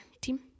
team